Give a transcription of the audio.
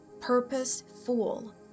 purposeful